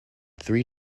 three